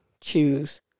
choose